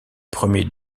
premier